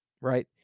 right